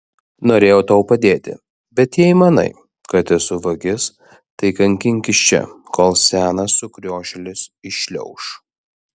norėjau tau padėti bet jei manai kad esu vagis tai kankinkis čia kol senas sukriošėlis iššliauš